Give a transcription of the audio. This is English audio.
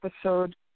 episode